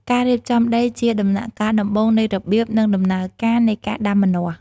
ការរៀបចំដីជាដំណាក់កាលដំបូងនៃរបៀប និង ដំណើរការនៃការដាំម្នាស់។